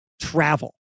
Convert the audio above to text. travel